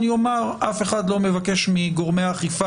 אני מודיע שאני לא אסתפק לעת הזאת באמירה הזאת.